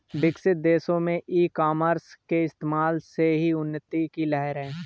विकसित देशों में ई कॉमर्स के इस्तेमाल से ही उन्नति की लहर है